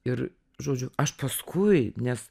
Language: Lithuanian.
ir žodžiu aš paskui nes